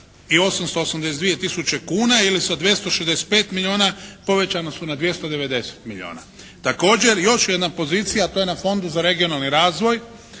i 882 tisuće kuna ili sa 265 milijuna povećana su na 290 milijuna. Također još jedna pozicija, a to je na Fondu za regionalni razvoj.